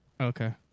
Okay